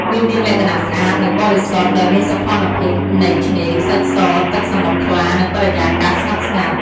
វាមានលក្ខណៈស្អាត និងបរិសុទ្ធ ដោយមានសោភ័ណភាពនៃឆ្នេរខ្សាច់ស ទឹកសមុទ្រថ្លា និងបរិយាកាសស្ងប់ស្ងាត់។